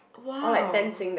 !wow!